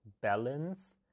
balance